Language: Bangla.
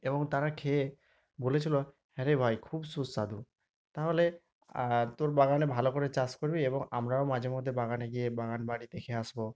এবং তারা খেয়ে বলেছিলো হ্যাঁরে ভাই খুব সুস্বাদু তাহলে তোর বাগানে ভালো করে চাষ করবি এবং আমরাও মাঝে মধ্যে বাগানে গিয়ে বাগান বাড়ি দেখে আসবো